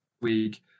week